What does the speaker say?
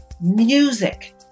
music